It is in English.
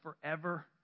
forever